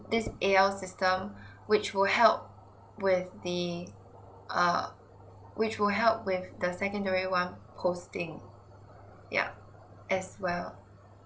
this A_L system which will help with the err which will help with the secondary one posting yup as well